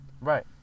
Right